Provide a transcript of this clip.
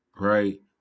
right